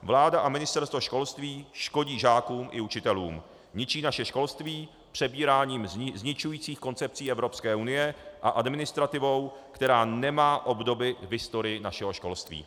Vláda a Ministerstvo školství škodí žákům i učitelům, ničí naše školství přebíráním zničujících koncepcí Evropské unie a administrativou, která nemá obdoby v historii našeho školství.